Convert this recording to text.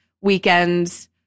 weekends